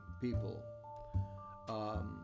people